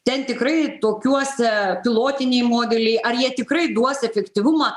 ten tikrai tokiuose pilotiniai modeliai ar jie tikrai duos efektyvumą